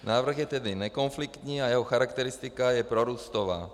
Návrh je tedy nekonfliktní a jeho charakteristika je prorůstová.